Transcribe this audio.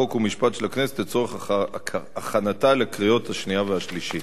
חוק ומשפט של הכנסת לצורך הכנתה לקריאות השנייה והשלישית.